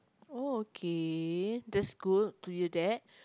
oh okay that's good to hear that